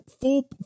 Full